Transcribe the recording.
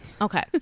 Okay